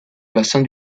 bassin